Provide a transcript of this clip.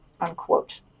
unquote